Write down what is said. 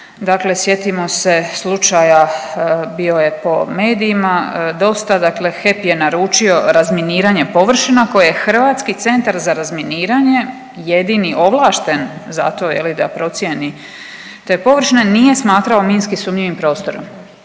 sjetimo se slučaja, bio je po medijima, dosta, dakle, HEP je naručio razminiranje površina koje je Hrvatski centar za razminiranje jedini ovlašten za to, je li, da procjeni te površine, nije smatrao minski sumnjivim prostorom.